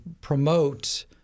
promote